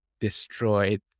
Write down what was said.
destroyed